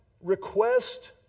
request